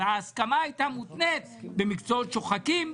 וההסכמה הייתה מותנית במקצועות שוחקים,